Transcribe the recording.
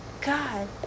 God